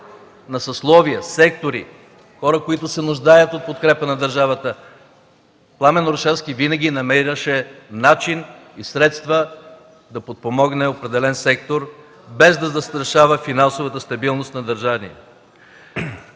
на съсловия, сектори, хора, които се нуждаят от подкрепа на държавата, Пламен Орешарски винаги намираше начин и средства да подпомогне определен сектор, без да застрашава финансовата стабилност на държавата.